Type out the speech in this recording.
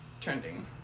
trending